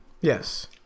yes